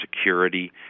security